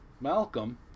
Malcolm